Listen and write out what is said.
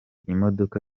imodoka